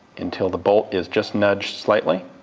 until the bolt is just nudged slightly,